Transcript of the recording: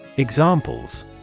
Examples